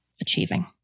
achieving